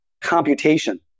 computation